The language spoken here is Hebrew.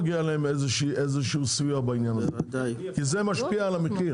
מגיע להם איזשהו סיוע בעניין הזה כי זה משפיע על המחיר.